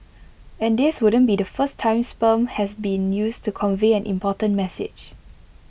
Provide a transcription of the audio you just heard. and this wouldn't be the first time sperm has been used to convey an important message